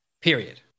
period